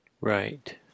Right